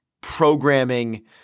programming